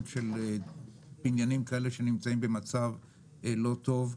של בניינים כאלה שנמצאים במצב לא טוב.